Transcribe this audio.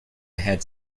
had